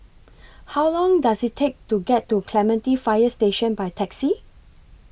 How Long Does IT Take to get to Clementi Fire Station By Taxi